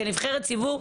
כנבחרת ציבור,